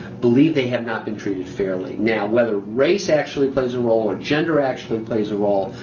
believe they have not been treated fairly. now whether race actually plays a role or gender actually plays a role,